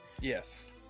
Yes